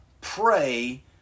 pray